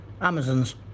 amazons